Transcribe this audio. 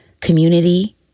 community